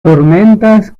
tormentas